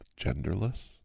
genderless